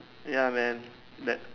ya man that